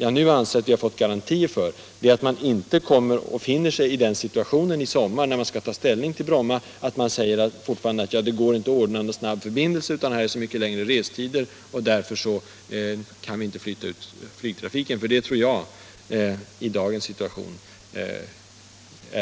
Jag anser att vi nu har fått garantier för att man inte i sommar, när man skall ta ställning till Bromma, kommer att finna sig i invändningen att det inte går att ordna någon snabb förbindelse och att vi därför inte kan flytta ut flygtrafiken dit på grund av att